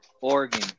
Oregon